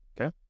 Okay